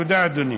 תודה, אדוני.